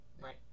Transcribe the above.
right